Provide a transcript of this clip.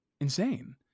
insane